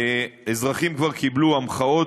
אזרחים כבר קיבלו המחאות.